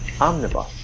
Omnibus